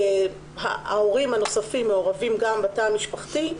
ההורים הנוספים גם מעורבים בתא המשפחתי,